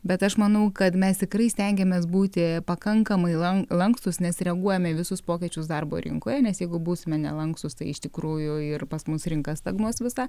bet aš manau kad mes tikrai stengiamės būti pakankamai lan lankstūs nes reaguojame į visus pokyčius darbo rinkoj nes jeigu būsime nelankstūs tai iš tikrųjų ir pas mus rinka stagnuos visa